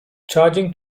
charging